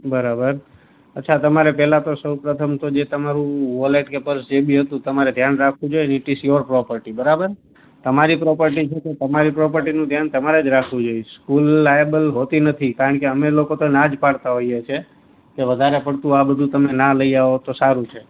બરાબર અચ્છા તમારે પહેલા તો સૌપ્રથમ તો જે તમારું વૉલેટ કે પર્સ જે બી હતું તમારે ધ્યાન રાખવું જોઈએ ને ઈટ ઈઝ યોર પ્રોપર્ટી બરાબર તમારી પ્રોપર્ટી છે તો તમારી પ્રોપર્ટીનું ધ્યાન તમારે જ રાખવું જોઈએ બરાબર સ્કૂલ લાએબલ હોતી નથી કારણ કે અમે લોકો તો ના જ પાડતા હોઈએ છે કે વધારે પડતું આ બધું તમે ન લઈ આવો તો સારું છે